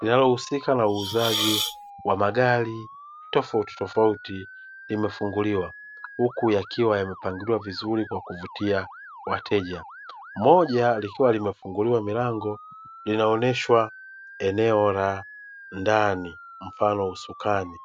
linalohusika na uuzaji wa magari tofauti tofauti limefunguiwa huku yakiwa yamepangiliwa vizuri kwa kuvutia wateja. Moja likiwa limefunguliwa milango linaoneshwa eneo la ndani mfano usukani.